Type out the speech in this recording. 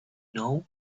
know